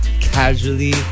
casually